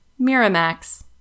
Miramax